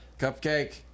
Cupcake